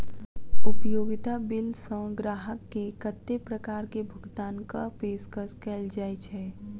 उपयोगिता बिल सऽ ग्राहक केँ कत्ते प्रकार केँ भुगतान कऽ पेशकश कैल जाय छै?